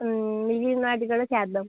మిగిలిన వాటికి కూడా చేద్దాం